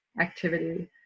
activity